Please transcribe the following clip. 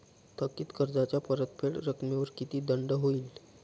थकीत कर्जाच्या परतफेड रकमेवर किती दंड होईल?